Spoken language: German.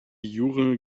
jure